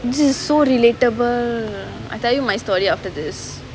this is so relatable I tell you my story after this